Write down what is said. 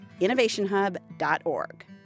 innovationhub.org